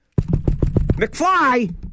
McFly